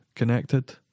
connected